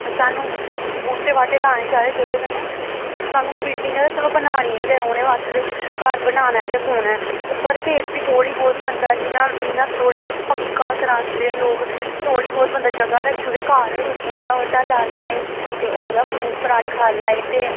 सानूं बूह्टे बाह्टे लाने चाहिदे जोह्दे कन्नै सानूं बिल्डिगां ते चलो बनानियां गै रौह्ने बास्तै ते घर बनाना गै पौना ऐ ते पर फिर बी थोह्ड़ीब्हौत बंदा जि'यां इ'यां थोह्ड़ी पक्का करांदे ऐ लोग ते थोह्ड़ी ब्हौत बंदा ज'गा रक्खी ओड़ै घर गै कोई बूह्टा बाह्टा लाई लैऐ ते ओह्दा फ्रूट फ्राट खाई लै ते